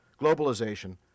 Globalization